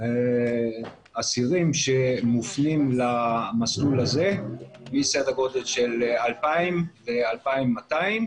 אסירים שמופנים למסלול הזה מסדר גודל של 2,000 ל-2,200,